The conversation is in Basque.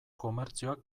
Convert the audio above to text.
komertzioak